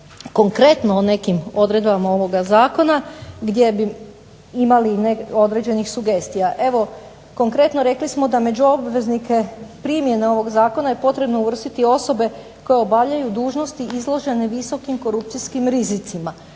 konkretno o nekim odredbama ovoga zakona, gdje bi imali određenih sugestija. Evo konkretno rekli smo da među obveznike primjene ovog zakona je potrebno uvrstiti osobe koje obavljaju dužnosti izložene visokim korupcijskim rizicima.